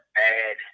bad